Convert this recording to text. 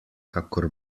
kakor